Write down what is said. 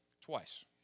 twice